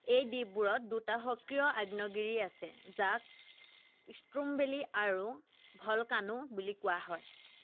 এই দ্বীপবোৰত দুটা সক্ৰিয় আগ্নেয়গিৰি আছে যাক ষ্ট্ৰোম্ব'লি আৰু ভলকানো বুলি কোৱা হয়